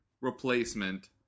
replacement